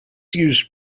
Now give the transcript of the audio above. used